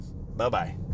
Bye-bye